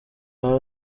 aba